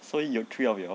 so you three of you all